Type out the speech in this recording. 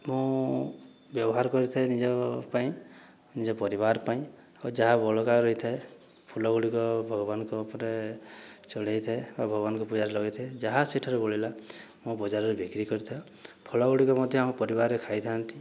ମୁଁ ବ୍ୟବହାର କରିଥାଏ ନିଜ ପାଇଁ ନିଜ ପରିବାର ପାଇଁ ଆଉ ଯାହା ବଳକା ରହିଥାଏ ଫୁଲଗୁଡ଼ିକ ଭଗବାନଙ୍କ ଉପରେ ଚଢ଼ାଇଥାଏ ଆଉ ଭାଗବନଙ୍କ ପୂଜାରେ ଲଗାଇଥାଏ ଯାହା ସେଠାରୁ ବଳିଲା ମୁଁ ବଜାରରେ ବିକ୍ରି କରିଥାଏ ଫଳଗୁଡ଼ିକ ମଧ୍ୟ ଆମ ପରିବାରରେ ଖାଇଥାନ୍ତି